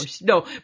no